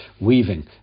weaving